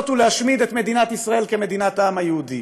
ולהשמיד את מדינת ישראל כמדינת העם היהודי,